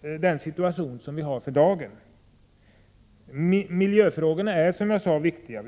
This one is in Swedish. till den situation som vi har för dagen, i en sådan kommission som vi har föreslagit. Miljöfrågorna är, som jag sade, viktiga.